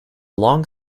long